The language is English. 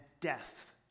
death